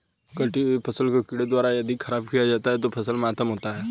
कटी हुयी फसल को कीड़ों द्वारा यदि ख़राब किया जाता है तो फसल मातम होता है